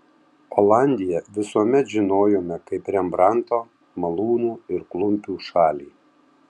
olandiją visuomet žinojome kaip rembrandto malūnų ir klumpių šalį